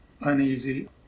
uneasy